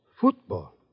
Football